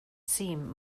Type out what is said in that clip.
seem